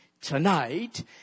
tonight